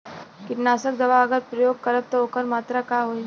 कीटनाशक दवा अगर प्रयोग करब त ओकर मात्रा का होई?